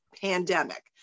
pandemic